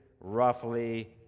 roughly